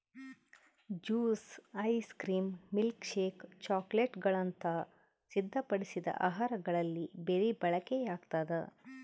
juice ice cream milkshake ಚಾಕೊಲೇಟ್ಗುಳಂತ ಸಿದ್ಧಪಡಿಸಿದ ಆಹಾರಗಳಲ್ಲಿ ಬೆರಿ ಬಳಕೆಯಾಗ್ತದ